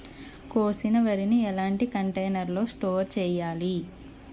కోసిన వరిని ఎలాంటి కంటైనర్ లో స్టోర్ చెయ్యాలి?